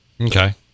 Okay